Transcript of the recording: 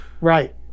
Right